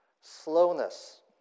Slowness